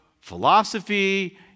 philosophy